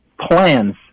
plans